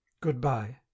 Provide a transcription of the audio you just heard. goodbye